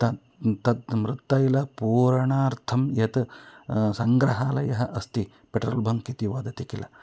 तात् तत् मृत् तैलपूरणार्थं यत् सङ्ग्रहालयः अस्ति पेट्रोल् बङ्क् इति वदति किल